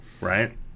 Right